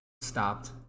stopped